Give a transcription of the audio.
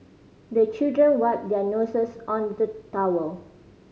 the children wipe their noses on the towel